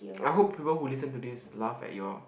I hope people who listen to this laugh at your